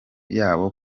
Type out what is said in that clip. yabo